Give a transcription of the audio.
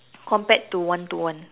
compared to one to one